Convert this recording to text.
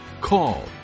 call